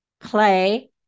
play